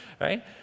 right